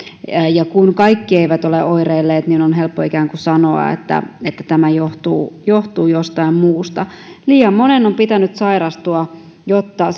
ja kun kaikki eivät ole oireilleet niin on ikään kuin helppo sanoa että tämä johtuu johtuu jostain muusta liian monen on pitänyt sairastua jotta